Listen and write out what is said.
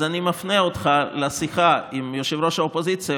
אז אני מפנה אותך לשיחה עם ראש האופוזיציה,